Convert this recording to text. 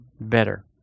Better